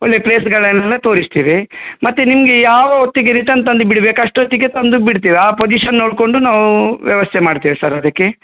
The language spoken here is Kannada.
ಒಳ್ಳೆಯ ಪ್ಲೇಸ್ಗಳನ್ನೆಲ್ಲ ತೋರಿಸ್ತೇವೆ ಮತ್ತೆ ನಿಮಗೆ ಯಾವ ಹೊತ್ತಿಗೆ ರಿಟನ್ ತಂದು ಬಿಡ್ಬೇಕು ಅಷ್ಟೊತ್ತಿಗೆ ತಂದು ಬಿಡ್ತೇವೆ ಆ ಪೊಸಿಷನ್ ನೋಡಿಕೊಂಡು ನಾವು ವ್ಯವಸ್ಥೆ ಮಾಡ್ತೇವೆ ಸರ್ ಅದಕ್ಕೆ